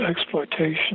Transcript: exploitation